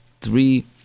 three